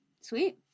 Sweet